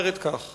ההצעה אומרת כך: